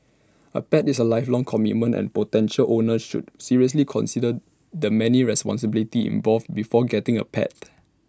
A pet is A lifelong commitment and potential owners should seriously consider the many responsibilities involved before getting A pet